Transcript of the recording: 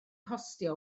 costio